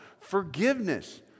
Forgiveness